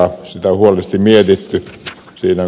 sitä on huolellisesti mietitty